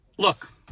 Look